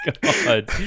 God